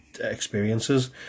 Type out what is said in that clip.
experiences